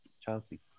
Chelsea